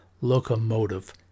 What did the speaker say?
Locomotive